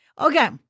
Okay